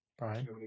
Right